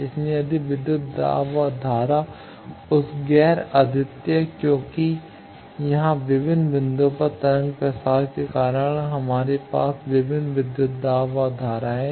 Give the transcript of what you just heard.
इसलिए यदि विद्युत दाब और धारा उस गैर अद्वितीय है क्योंकि यहां विभिन्न बिंदुओं पर तरंग प्रसार के कारण हमारे पास विभिन्न विद्युत दाब और धाराएं हैं